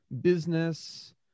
business